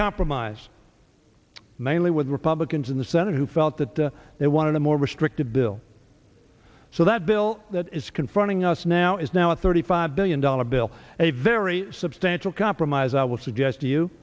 compromise mainly with republicans in the senate who felt that they wanted a more restrictive bill so that bill that is confronting us now is now a thirty five billion dollar bill a very substantial compromise i will suggest to you